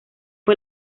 fue